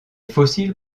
fossiles